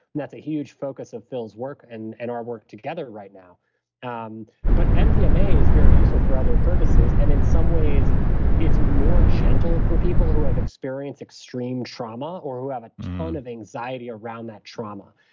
and that's a huge focus of phil's work and and our work together right now and but and mdma um is very useful for other purposes, and in some ways it's more gentle for people who have experienced extreme trauma, or who have a ton of anxiety around that trauma.